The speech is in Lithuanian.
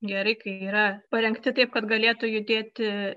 geri kai yra parengti taip kad galėtų judėti